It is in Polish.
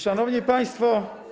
Szanowni Państwo!